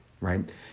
right